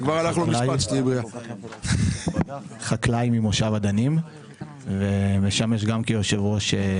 אני חקלאי ממושב אדנים ומשמש גם כיושב-ראש